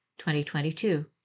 2022